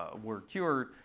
ah were cured?